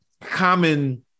common